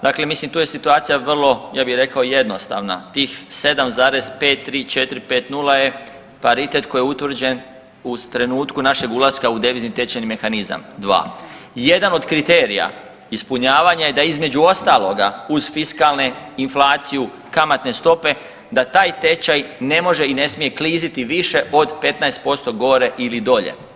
Dakle, mislim tu je situacija vrlo ja bi rekao jednostavna, tih 7,53450 je paritet koji je utvrđen u trenutku našeg ulaska u devizni tečajni mehanizam 2. Jedan od kriterija ispunjavanja je da između ostaloga uz fiskalne, inflaciju, kamatne stope da taj tečaj ne može i ne smije kliziti više od 15% gore ili dolje.